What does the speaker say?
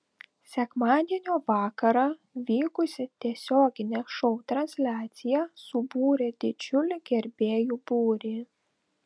sekmadienio vakarą vykusi tiesioginė šou transliacija subūrė didžiulį gerbėjų būrį